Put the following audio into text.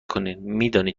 کنین، میدانید